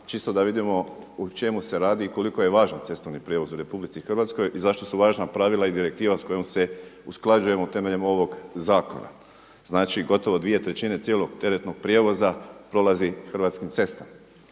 čisto da vidim o čemu se radi i koliko je važan cestovni prijevoz u RH i zašto su važna pravila i direktiva s kojom se usklađujemo temeljem ovog zakona. Znači gotovo 2/3 cijelog teretnog prijevoza prolazi hrvatskim cestama,